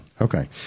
Okay